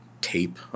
tape